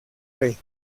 rey